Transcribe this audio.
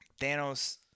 Thanos